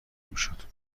میشد